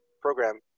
program